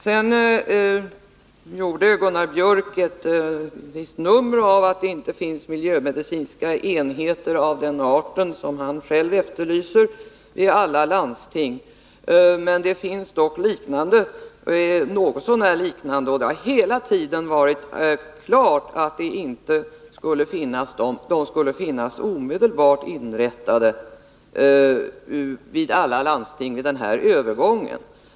Sedan gjorde Gunnar Biörck ett visst nummer av att det inte i alla landsting finns miljömedicinska enheter av den art som han själv efterlyser. Det finns dock något så när liknande enheter, och det har hela tiden varit klart att dessa enheter inte omedelbart vid den här övergången skulle finnas inrättade inom alla landsting.